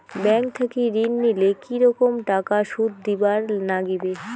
Bank থাকি ঋণ নিলে কি রকম টাকা সুদ দিবার নাগিবে?